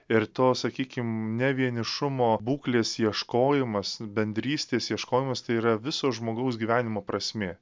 ir to sakykim ne vienišumo būklės ieškojimas bendrystės ieškojimas tai yra viso žmogaus gyvenimo prasmė